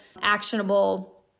actionable